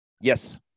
Yes